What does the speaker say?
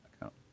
account